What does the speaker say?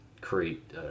create